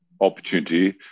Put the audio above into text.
opportunity